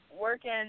working